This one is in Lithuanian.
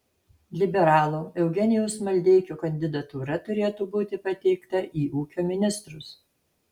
liberalo eugenijaus maldeikio kandidatūra turėtų būti pateikta į ūkio ministrus